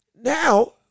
Now